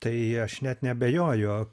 tai aš net neabejoju